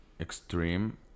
extreme